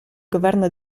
governo